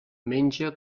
menja